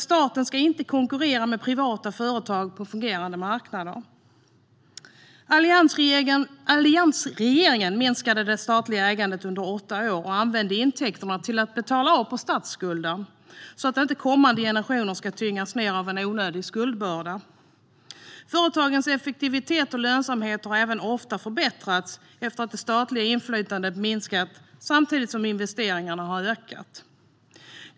Staten ska inte konkurrera med privata företag på fungerande marknader. Alliansregeringen minskade det statliga ägandet under åtta år och använde intäkterna till att betala av på statsskulden så att kommande generationer inte ska tyngas ned av en onödig skuldbörda. Företagens effektivitet och lönsamhet har även ofta förbättrats efter att det statliga inflytandet minskat samtidigt som investeringarna har ökat.